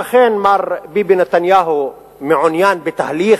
שאכן, מר ביבי נתניהו מעוניין בתהליך,